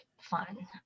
fun